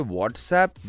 WhatsApp